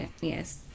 yes